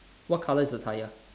what colour is the tyre